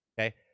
okay